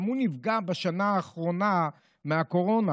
גם הוא נפגע בשנה האחרונה מהקורונה.